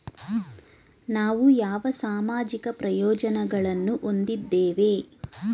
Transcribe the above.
ನಾವು ಯಾವ ಸಾಮಾಜಿಕ ಪ್ರಯೋಜನಗಳನ್ನು ಹೊಂದಿದ್ದೇವೆ?